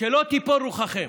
שלא תיפול רוחכם.